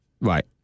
Right